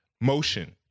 motion